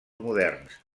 moderns